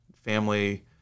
family